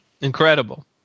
Incredible